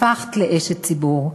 הפכת לאשת ציבור.